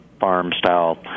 farm-style